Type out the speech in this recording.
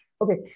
okay